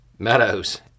Meadows